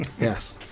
Yes